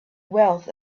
wealth